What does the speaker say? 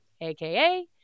AKA